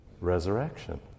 Resurrection